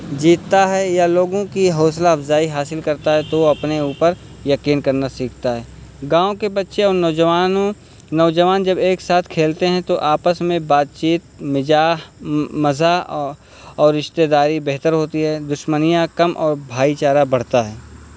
جیتتا ہے یا لوگوں کی حوصلہ افزائی حاصل کرتا ہے تو وہ اپنے اوپر یقین کرنا سیکھتا ہے گاؤں کے بچے اور نوجوانوں نوجوان جب ایک ساتھ کھیلتے ہیں تو آپس میں بات چیت مجا مزہ اور رشتتے داری بہتر ہوتی ہے دشمنیاں کم اور بھائی چارہ بڑھتا ہے